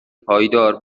پایدار